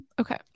Okay